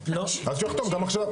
אז שהוא יחתום גם עכשיו.